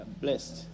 blessed